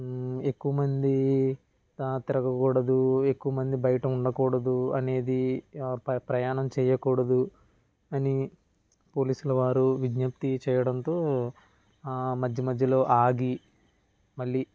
ఎక్కువ మంది తిరగ కూడదు ఎక్కువ మంది బయట ఉండకూడదు అనేది ప ప్రయాణం చేయకూడదు అని పోలీస్ ల వారు విజ్ఞప్తి చేయడంతో మధ్య మధ్యలో ఆగి మళ్ళీ